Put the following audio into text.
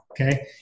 Okay